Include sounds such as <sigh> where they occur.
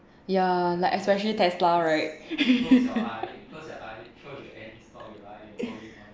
ya like especially Tesla right <laughs>